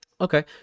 Okay